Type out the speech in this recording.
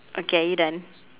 okay are you done